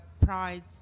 pride